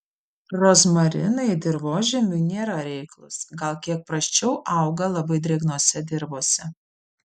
rozmarinai dirvožemiui nėra reiklūs gal kiek prasčiau auga labai drėgnose dirvose